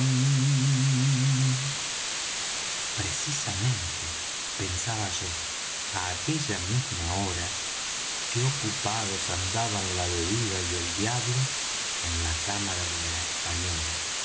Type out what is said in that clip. precisamente pensaba yo á aquella misma hora qué ocupados andaban la bebida y el diablo en la cámara de la española